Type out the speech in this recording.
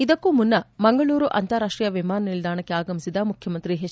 ಇದಕ್ಕೂ ಮುನ್ನಾ ಮಂಗಳೂರು ಅಂತಾರಾಷ್ಟೀಯ ವಿಮಾನ ನಿಲ್ದಾಣಕ್ಕೆ ಆಗಮಿಸಿದ ಮುಖ್ಯಮಂತ್ರಿ ಹೆಚ್